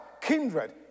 Kindred